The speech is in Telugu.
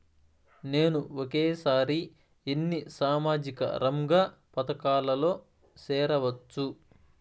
నేను ఒకేసారి ఎన్ని సామాజిక రంగ పథకాలలో సేరవచ్చు?